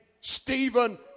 Stephen